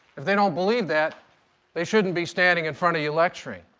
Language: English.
if they don't believe that they shouldn't be standing in front of you lecturing.